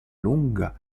lunga